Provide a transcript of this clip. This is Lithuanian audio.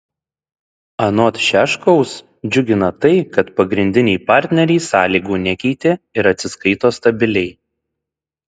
anot šiaškaus džiugina tai kad pagrindiniai partneriai sąlygų nekeitė ir atsiskaito stabiliai